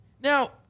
Now